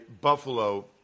Buffalo